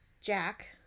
Jack